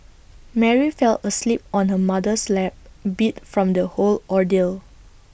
Mary fell asleep on her mother's lap beat from the whole ordeal